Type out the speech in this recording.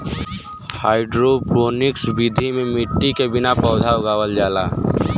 hydroponics विधि में मट्टी के बिना पौधा उगावल जाला